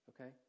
Okay